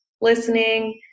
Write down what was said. listening